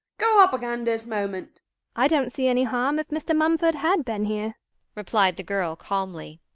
go up again this moment i don't see any harm if mr. mumford had been here replied the girl calmly.